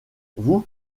vous